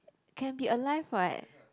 can be alive what